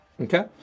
Okay